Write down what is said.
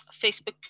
Facebook